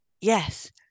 Yes